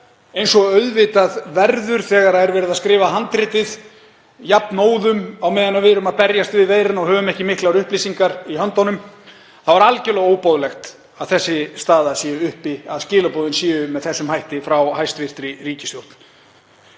eins og auðvitað verður þegar verið er að skrifa handritið jafnóðum á meðan við erum að berjast við veiruna og höfum ekki miklar upplýsingar í höndunum, þá er algerlega óboðlegt að þessi staða sé uppi, að skilaboðin séu með þessum hætti frá hæstv. ríkisstjórn.